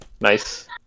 Nice